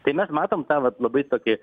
tai mes matom tą vat labai tokį